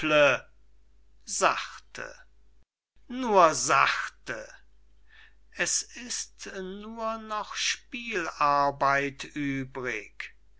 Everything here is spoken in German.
sachte nur sachte es ist nur noch spielarbeit übrig